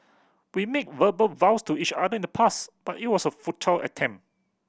we made verbal vows to each other in the past but it was a futile attempt